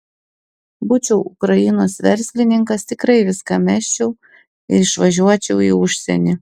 būčiau ukrainos verslininkas tikrai viską mesčiau ir išvažiuočiau į užsienį